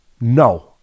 no